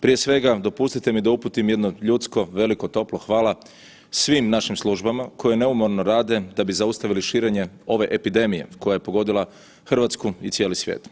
Prije svega dopustite mi da uputim jedno ljudsko, veliko, toplo hvala svim našim službama koje neumorno rade da bi zaustavili širenje ove epidemije koja je pogodila Hrvatsku i cijeli svijet.